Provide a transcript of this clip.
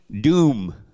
doom